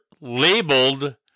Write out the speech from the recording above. labeled